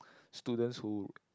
students who